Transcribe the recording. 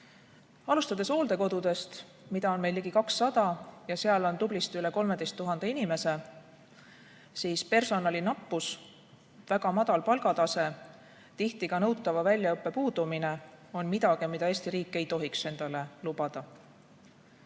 Alustades hooldekodudest, mida on meil ligi 200 ja kus on tublisti üle 13 000 inimese, siis personalinappus, väga madal palgatase, tihti ka nõutava väljaõppe puudumine on midagi, mida Eesti riik ei tohiks endale lubada.